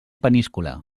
peníscola